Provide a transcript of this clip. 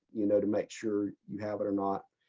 you know, to make sure you have it or not.